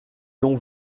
l’on